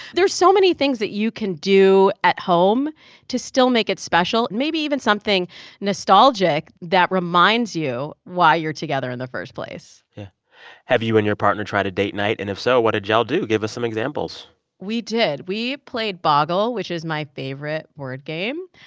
there's so many things that you can do at home to still make it special, maybe even something nostalgic that reminds you why you're together in the first place yeah have you and your partner tried a date night? and if so, what did y'all do? give us some examples we did. we played boggle, which is my favorite word game.